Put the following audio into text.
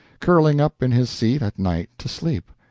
curling up in his seat at night to sleep.